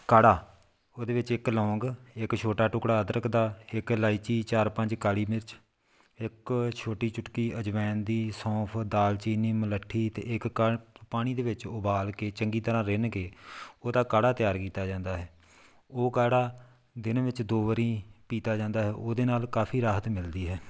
ਕਾੜਾ ਉਹਦੇ ਵਿੱਚ ਇੱਕ ਲੌਂਗ ਇੱਕ ਛੋਟਾ ਟੁਕੜਾ ਅਦਰਕ ਦਾ ਇੱਕ ਇਲਾਇਚੀ ਚਾਰ ਪੰਜ ਕਾਲੀ ਮਿਰਚ ਇੱਕ ਛੋਟੀ ਚੁਟਕੀ ਅਜਵੈਨ ਦੀ ਸੌਂਫ ਦਾਲਚੀਨੀ ਮਲੱਠੀ ਅਤੇ ਇੱਕ ਕੱਪ ਪਾਣੀ ਦੇ ਵਿੱਚ ਉਬਾਲ ਕੇ ਚੰਗੀ ਤਰ੍ਹਾਂ ਰਿੰਨ ਕੇ ਉਹਦਾ ਕਾੜਾ ਤਿਆਰ ਕੀਤਾ ਜਾਂਦਾ ਹੈ ਉਹ ਕਾੜਾ ਦਿਨ ਵਿੱਚ ਦੋ ਵਾਰੀ ਪੀਤਾ ਜਾਂਦਾ ਹੈ ਉਹਦੇ ਨਾਲ ਕਾਫ਼ੀ ਰਾਹਤ ਮਿਲਦੀ ਹੈ